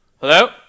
Hello